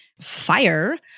Fire